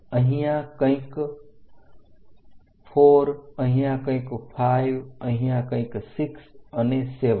અહીંયા કંઈક 4 અહીંયા કંઈક 5 અહીંયા કંઈક 6 અને 7